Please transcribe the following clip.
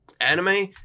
anime